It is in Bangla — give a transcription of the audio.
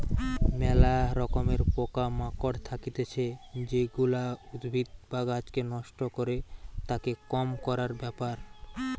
ম্যালা রকমের পোকা মাকড় থাকতিছে যেগুলা উদ্ভিদ বা গাছকে নষ্ট করে, তাকে কম করার ব্যাপার